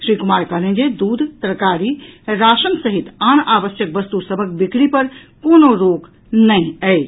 श्री कुमार कहलनि जे दूध तरकारी राशन सहित आन आवश्यक वस्तु सभक बिक्री पर कोनो रोक नहि अछि